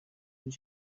kuri